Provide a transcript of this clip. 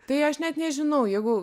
tai aš net nežinau jeigu